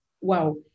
wow